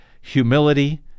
humility